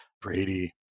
Brady